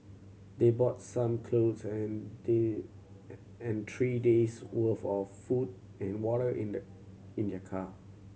they bought some clothes and three and three days worth of food and water in their in their car